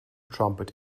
trumpet